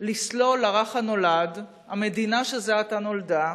לסלול לרך הנולד, למדינה שזה עתה נולדה,